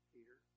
Peter